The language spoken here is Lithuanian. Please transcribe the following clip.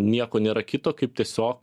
nieko nėra kito kaip tiesiog